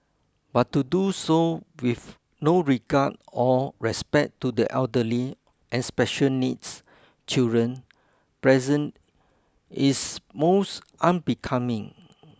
but to do so with no regard or respect to the elderly and special needs children present is most unbecoming